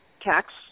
tax